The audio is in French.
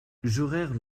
jurèrent